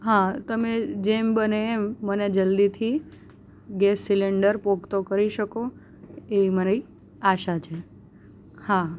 હા તમે જેમ બને એમ મને જલ્દીથી ગેસ સિલિન્ડર પહોંચતો કરી શકો એવી મારી આશા છે હા